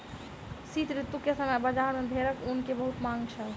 शीत ऋतू के समय बजार में भेड़क ऊन के बहुत मांग छल